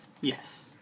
Yes